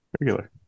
regular